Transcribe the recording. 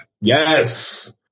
Yes